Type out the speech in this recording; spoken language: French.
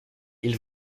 ils